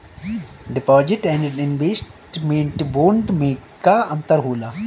Deposit and investment bond मे का अंतर होला?